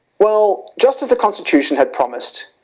well, just as the constitution had promised,